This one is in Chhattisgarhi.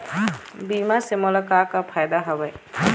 बीमा से मोला का का फायदा हवए?